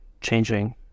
changing